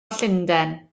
llundain